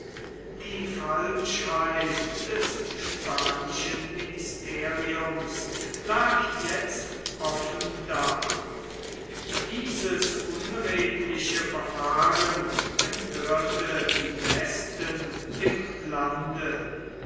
die falschheit des spanischen ministeriums lag jetzt offen da dieses unredliche verfahren empörte die besten im lande